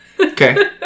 Okay